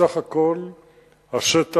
בסך הכול השטח